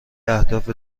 اهداف